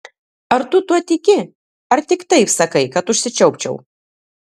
ar tu tuo tiki ar tik taip sakai kad užsičiaupčiau